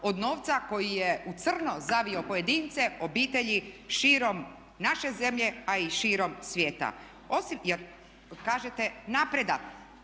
od novca koji je u crno zavio pojedince, obitelji širom naše zemlje, a i širom svijeta. Jer kažete napredak